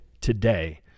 today